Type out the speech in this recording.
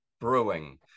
brewing